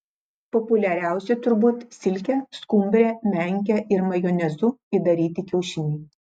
populiariausi turbūt silke skumbre menke ir majonezu įdaryti kiaušiniai